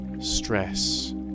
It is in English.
stress